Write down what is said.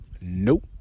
Nope